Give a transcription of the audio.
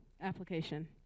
Application